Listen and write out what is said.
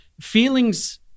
Feelings